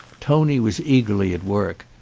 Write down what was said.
tony was eagerly at work.